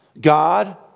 God